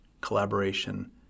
collaboration